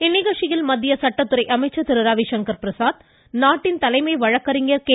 இந்நிகழ்ச்சியில் மத்திய சட்டத்துறை அமைச்சர் திரு ரவிசங்கர் பிரசாத் நாட்டின் தலைமை வழக்கறிஞர் கே